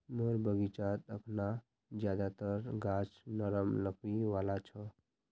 मोर बगीचात अखना ज्यादातर गाछ नरम लकड़ी वाला छ